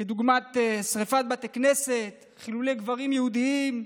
דוגמת שרפת בתי כנסת, חילולי קברים יהודיים,